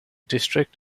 district